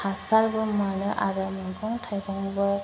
हासारबो मोनो आरो मैगं थाइगंबो